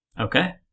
Okay